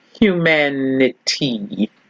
humanity